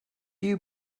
you